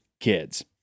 kids